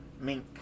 Mink